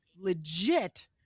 legit